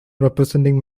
representing